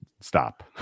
stop